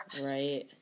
right